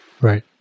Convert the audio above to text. Right